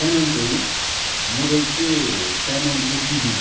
क्याननको हो यो मोडल चाहिँ क्यानन एट्टी डी